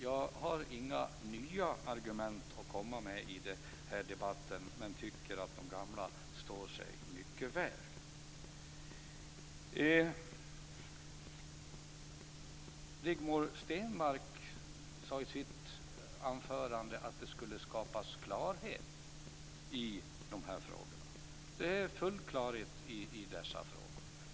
Jag har inga nya argument att komma med i den här debatten men tycker att de gamla står sig mycket väl. Rigmor Stenmark sade i sitt anförande att det skulle skapas klarhet i de här frågorna. Det är full klarhet i dessa frågor.